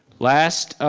last.